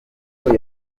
rugo